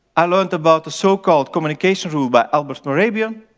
i learned about the so-called communication rule by albert mehrabian.